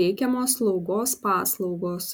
teikiamos slaugos paslaugos